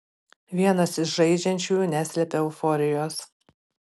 vienas iš žaidžiančiųjų neslepia euforijos